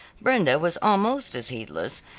brenda was almost as heedless,